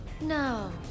No